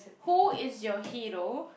who is your hero